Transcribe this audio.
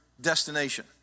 destination